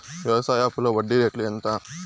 వ్యవసాయ అప్పులో వడ్డీ రేట్లు ఎంత?